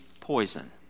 poison